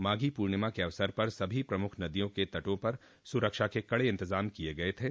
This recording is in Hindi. माघी पूर्णिमा के अवसर पर सभी प्रमुख नदियों के तटों पर सुरक्षा के कड़े इंतजाम किये गये थे